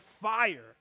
fire